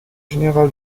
général